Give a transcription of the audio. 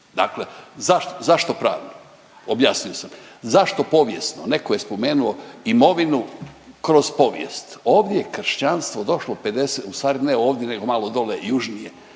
Dakle, zašto pravno, objasnio sam. Zašto povijesno, netko je spomenuo imovinu kroz povijest. Ovdje je kršćanstvo došlo 50, u stvari ne ovdje nego malo dole južnije,